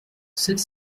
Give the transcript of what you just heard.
sept